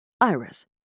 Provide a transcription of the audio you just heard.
Iris